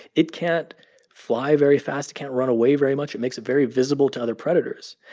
it can't fly very fast. it can't run away very much. it makes it very visible to other predators.